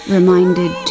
Reminded